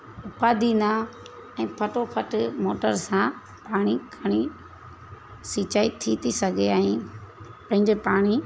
उपादी न ऐं फटो फट मोटर सां पाणी खणी सिचाई थी थी सघे ऐं पंहिंजे पाणी